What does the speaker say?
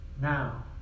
now